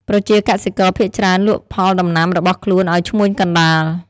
ប្រជាកសិករភាគច្រើនលក់ផលដំណាំរបស់ខ្លួនឲ្យឈ្មួញកណ្តាល។